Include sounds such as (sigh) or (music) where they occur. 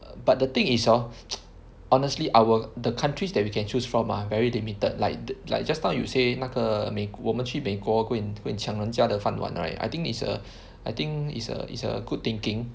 but the thing is hor (noise) honestly our the countries that we can choose from ah very limited like like just now you say 那个美国我们去美国 go and go and 抢人家的饭碗 right I think it's a I think is a is a good thinking